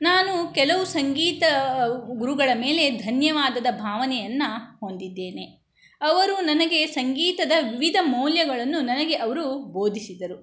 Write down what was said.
ನಾನು ಕೆಲವು ಸಂಗೀತ ಗುರುಗಳ ಮೇಲೆ ಧನ್ಯವಾದದ ಭಾವನೆಯನ್ನ ಹೊಂದಿದ್ದೇನೆ ಅವರು ನನಗೆ ಸಂಗೀತದ ವಿವಿಧ ಮೌಲ್ಯಗಳನ್ನು ನನಗೆ ಅವರು ಬೋಧಿಸಿದರು